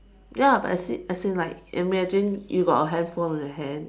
ya but as in as in like imagine you got a handphone on your hand